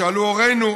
או שאלו הורינו,